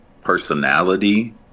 personality